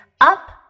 up